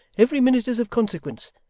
every minute is of consequence.